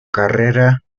carrera